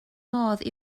modd